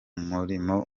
murimo